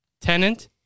tenant